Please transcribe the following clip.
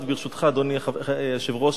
ברשותך, אדוני היושב-ראש,